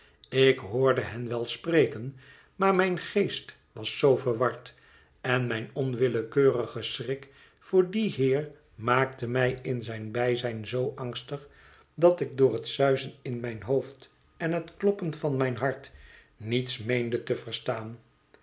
ik hoorde hen wel spreken maar mijn geest was zoo verward en mijn onwillekeurige schrik voor dien heer maakte mij in zijn bijzijn zoo angstig dat ik door het suizen in mijn hoofd en het kloppen van mijn hart niets meende te verstaan